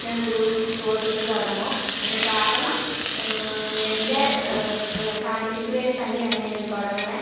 ഞാൻ ഒരു കൂവ കൃഷി തുടങ്ങും അതിന് കാരണം എൻ്റെ ഫാമിലിക്ക് വേണ്ടി തന്നെയാണ് ഞാൻ ഇത് തുടങ്ങുന്നത്